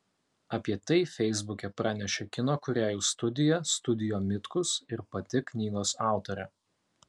apie tai feisbuke pranešė kino kūrėjų studija studio mitkus ir pati knygos autorė